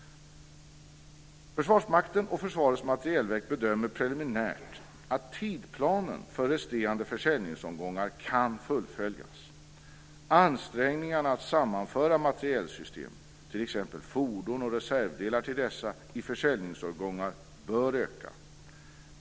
Försvarsmakten och Försvarets materielverk bedömer preliminärt att tidsplanen för resterande försäljningsomgångar kan fullföljas. Ansträngningarna att sammanföra materielsystem, t.ex. fordon och reservdelar till dessa, i försäljningsomgångar bör öka.